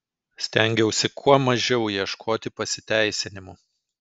stengiausi kuo mažiau ieškoti pasiteisinimų